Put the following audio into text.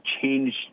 change